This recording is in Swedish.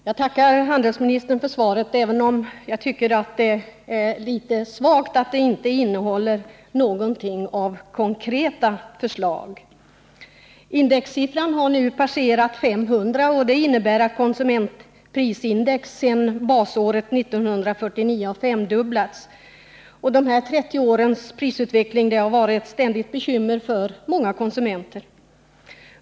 Herr talman! Jag tackar handelsministern för svaret, även om jag tycker att det är litet svagt att svaret inte innehåller någonting av konkreta förslag. Indexsiffran har nu passerat 500, vilket innebär att konsumentprisindex sedan basåret 1949 har femdubblats. De 30 årens prisutveckling har varit ett ständigt bekymmer för många konsumenter.